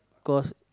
cause